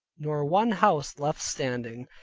nor one house left standing.